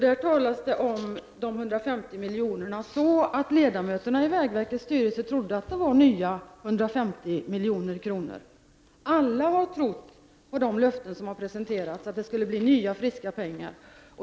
Där talades det om de 150 miljonerna på ett sådant sätt att ledamöterna i vägverkets styrelse trodde att det var 150 nya miljoner. Alla har trott på de löften som har presenterats: att det skulle bli nya friska pengar.